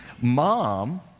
mom